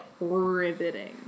riveting